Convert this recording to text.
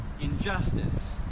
injustice